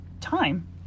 time